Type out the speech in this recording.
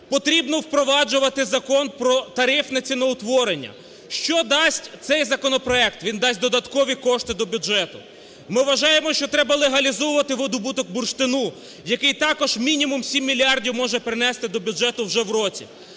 Потрібно впроваджувати закон про тарифне ціноутворення. Що дасть цей законопроект? Він дасть додаткові кошти до бюджету. Ми вважаємо, що треба легалізовувати видобуток бурштину, який також мінімум 7 мільярдів може принести до бюджету вже в році.